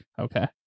Okay